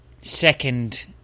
second